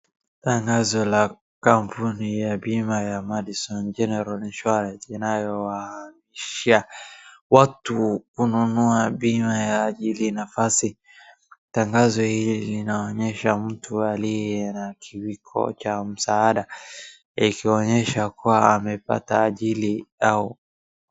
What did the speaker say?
Tangazo la kampuni ya Bima ya Madison General Insurance inayowahimishia watu kununua bima ya ajali na nafasi. Tangazo hili linaonyesha mtu aliye na kiwiko cha msaada, ikionyesha kuwa amepata ajili au.